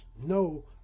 no